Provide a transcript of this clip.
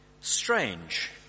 Strange